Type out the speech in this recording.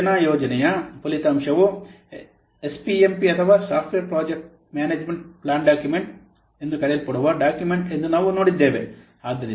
ಯೋಜನಾ ಯೋಜನೆಯ ಫಲಿತಾಂಶವು ಎಸ್ಪಿಎಂಪಿ ಅಥವಾ software project management plan document ಎಂದು ಕರೆಯಲ್ಪಡುವ ಡಾಕ್ಯುಮೆಂಟ್ ಎಂದು ನಾವು ನೋಡಿದ್ದೇವೆ